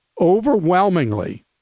overwhelmingly